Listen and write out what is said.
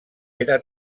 era